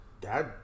Dad